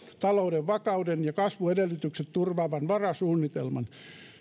talouden vakauden ja kasvuedellytykset turvaavan varasuunnitelman